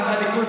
את הליכוד,